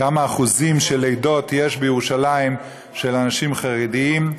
כמה אחוזים של עדות יש בירושלים של אנשים חרדים,